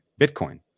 Bitcoin